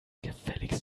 gefälligst